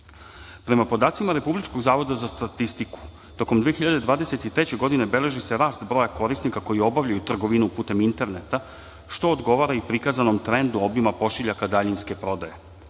podacima Republičkog zavoda za statistiku, tokom 2023. godine beleži se rast broja korisnika koji obavljaju trgovinu putem interneta, što odgovara i prikazanom trendu obima pošiljaka daljinske prodaje.